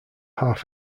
half